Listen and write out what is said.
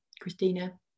Christina